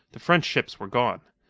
the french ships were gone.